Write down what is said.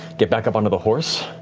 get back up onto the horse,